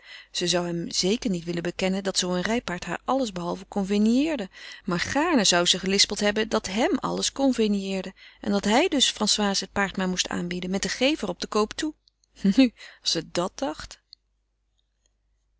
ze zou het hem zeker niet willen bekennen dat zoo een rijpaard haar allesbehalve conveniëerde maar gaarne zou ze gelispeld hebben dat hem alles conveniëerde en dat hij dus françoise het paard maar moest aanbieden met den gever op den koop toe nu als ze dàt dacht